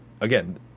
again